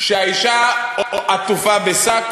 שהאישה עטופה בשק